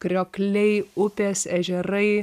kriokliai upės ežerai